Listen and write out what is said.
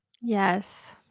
Yes